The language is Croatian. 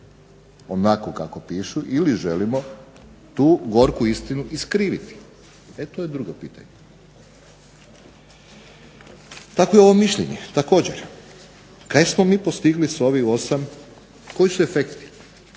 onako kako pišu ili želimo tu gorku istinu iskriviti, e to je drugo pitanje. Tako je ovo mišljenje, također, kaj smo mi postigli s ovih 8? Koji su efekti?